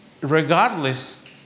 Regardless